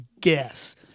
guess